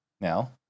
Now